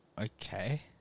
okay